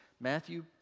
Matthew